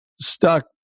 stuck